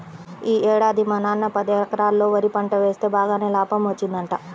యీ ఏడాది మా నాన్న పదెకరాల్లో వరి పంట వేస్తె బాగానే లాభం వచ్చిందంట